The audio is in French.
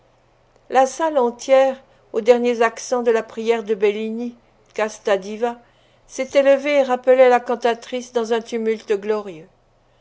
la salle entière aux derniers accents de la prière de bellini casta diva s'était levée et rappelait la cantatrice dans un tumulte glorieux